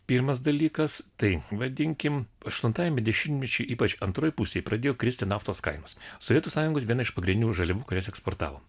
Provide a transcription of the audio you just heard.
pirmas dalykas tai vadinkim aštuntajam dešimtmečiui ypač antroj pusėj pradėjo kristi naftos kainos sovietų sąjungos viena iš pagrindinių žaliavų kurias eksportavom